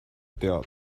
teada